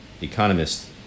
Economist